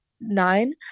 nine